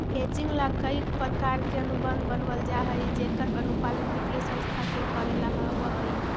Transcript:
hedging ला कईक प्रकार के अनुबंध बनवल जा हई जेकर अनुपालन वित्तीय संस्था के कऽरेला होवऽ हई